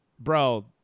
Bro